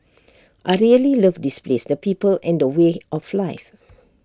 I really love this place the people and the way of life